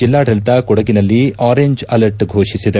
ಜೆಲ್ಲಾಡಳಿತ ಕೊಡಗಿನಲ್ಲಿ orange alert ಫೋಷಿಸಿದೆ